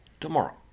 tomorrow